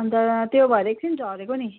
अन्त त्यो भएर एकछिन झरेको नि